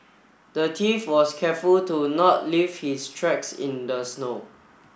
the thief was careful to not leave his tracks in the snow